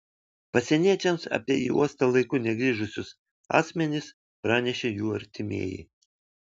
pasieniečiams apie į uostą laiku negrįžusius asmenis pranešė jų artimieji